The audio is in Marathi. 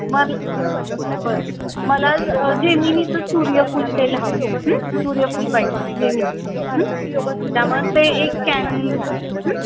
मल बर मला जेमिनीचं सूर्यफूल तेल हवाय सूर्यफूल पाहिजे जेमिनी त्यामळे ते एक कॅन घ्या